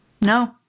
No